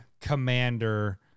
commander